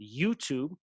YouTube